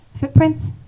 Footprints